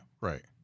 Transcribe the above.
Right